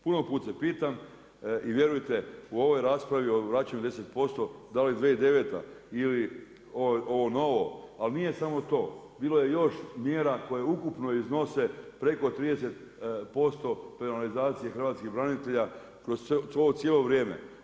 Puno puta se pitam i vjerujte, u ovoj raspravi o vraćanju 10% dali 2009. ili ovo novo, ali nije samo to, bilo je još mjera koje ukupno iznose preko 30% penalizacije hrvatskih branitelja kroz to cijelo vrijeme.